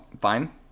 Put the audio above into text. fine